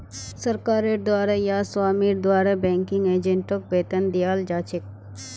सरकारेर द्वारे या स्वामीर द्वारे बैंकिंग एजेंटक वेतन दियाल जा छेक